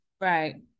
Right